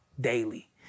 daily